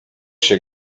się